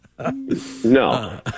no